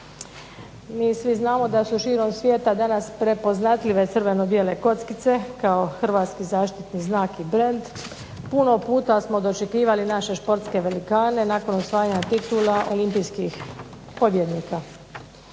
Mi svi znamo da su širom svijeta danas prepoznatljive crveno-bijele kockice kao hrvatski zaštitni znak i brend, puno puta smo dočekivali naše športske velikane nakon osvajanja titula, olimpijskih pobjednika,